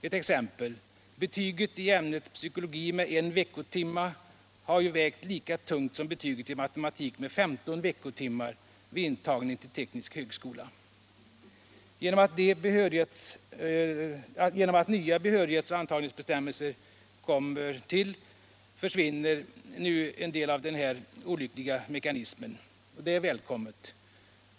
Ett exempel: betyget i ämnet psykologi med en veckotimme har vägt lika tungt som betyget i matematik, som har 15 veckotimmar, vid intagning till teknisk högskola. Genom de nya behörighets och antagningsbestämmelserna kommer den här olyckliga styrmekanismen att förlora en del av sin betydelse, och det är välkommet.